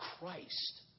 Christ